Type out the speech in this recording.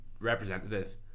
Representative